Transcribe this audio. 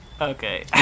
Okay